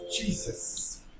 Jesus